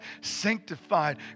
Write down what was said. sanctified